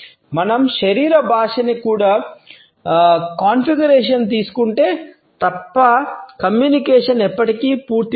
మనం శరీర భాషని కూడా కాన్ఫిగరేషన్లోకి తీసుకుంటే తప్ప కమ్యూనికేషన్ ఎప్పటికీ పూర్తి కాదు